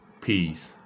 peace